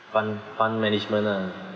fund fund management ah